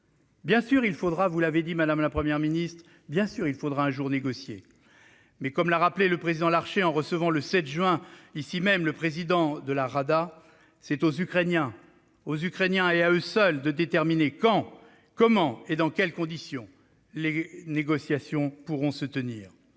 dit, madame la Première ministre. Mais comme l'a rappelé le président Larcher, en recevant le 7 juin dernier le président de la Rada, c'est aux Ukrainiens et à eux seuls de déterminer quand, comment et dans quelles conditions les négociations pourront se tenir.